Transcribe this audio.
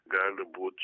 gali būt